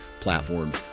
platforms